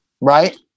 right